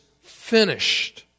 finished